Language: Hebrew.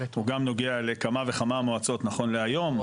הוא גם נוגע לכמה וכמה מועצות נכון להיום.